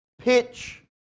pitch